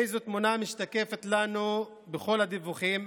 ואיזה תמונה משתקפת לנו מכל הדיווחים?